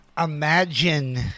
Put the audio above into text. Imagine